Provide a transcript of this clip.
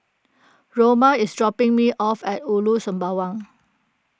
Roma is dropping me off at Ulu Sembawang